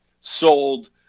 sold